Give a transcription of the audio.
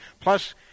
Plus